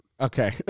Okay